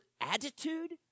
attitude